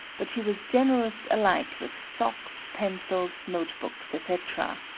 but she was generous alike with socks, pencils, note books, etc.